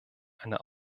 eine